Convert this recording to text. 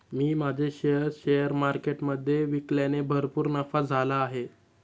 मी माझे shares share मार्केटमधे विकल्याने भरपूर नफा झाला आहे